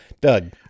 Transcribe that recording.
Doug